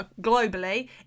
globally